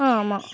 ஆ ஆமா